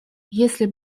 если